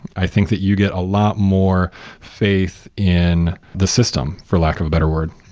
i think that you get a lot more faith in the system, for lack of a better word.